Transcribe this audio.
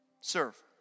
serve